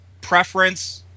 preference